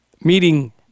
meeting